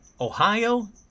Ohio